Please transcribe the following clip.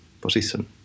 position